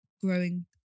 growing